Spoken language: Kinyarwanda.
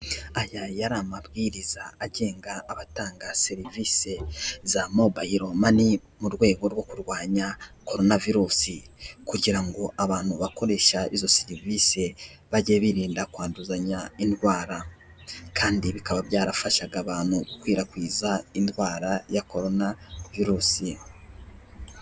Aya yari amabwiriza agenga abatanga serivise za mobayiro mani mu rwego rwo kurwanya korona virusi, kugira ngo abantu bakoresha izo serivise bajye birinda kwanduzanya indwara kandi bikaba byarafashaga abantu gukwirakwiza indwara ya korona virusi.